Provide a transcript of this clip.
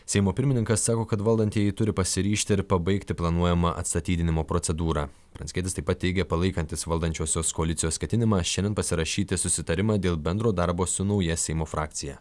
seimo pirmininkas sako kad valdantieji turi pasiryžti ir pabaigti planuojamą atstatydinimo procedūrą pranckietis taip pat teigė palaikantis valdančiosios koalicijos ketinimą šiandien pasirašyti susitarimą dėl bendro darbo su nauja seimo frakcija